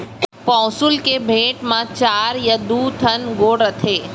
पौंसुल के बेंट म चार या दू ठन गोड़ रथे